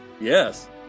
yes